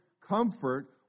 comfort